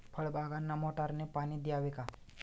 फळबागांना मोटारने पाणी द्यावे का?